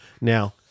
now